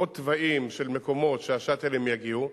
עוד תוואים של מקומות שה"שאטלים" יגיעו,